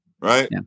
right